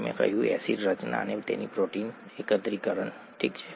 અમે કહ્યું એસિડ રચના અને પછી પ્રોટીન એકત્રીકરણ ઠીક છે